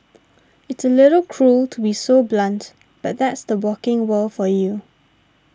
it's a little cruel to be so blunt but that's the working world for you